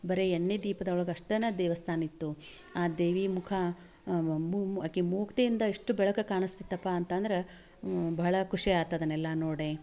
ಬರೇ ಎಣ್ಣಿ ದೀಪ್ದೊಳಗೆ ಅಷ್ಟೇನ ದೇವಸ್ಥಾನ ಇತ್ತು ಆ ದೇವಿ ಮುಖ ಮು ಮು ಆಕಿ ಮೂಗುತಿಯಿಂದ ಎಷ್ಟು ಬೆಳಕು ಕಾಣಿಸ್ತಿತ್ತಪ್ಪ ಅಂತಂದ್ರೆ ಭಾಳ ಖುಷಿ ಆತು ಅದನ್ನೆಲ್ಲ ನೋಡಿ